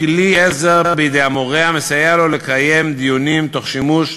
קריאה והערות של אקדמאים ומומחים בתחומי מדע